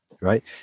Right